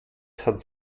hatte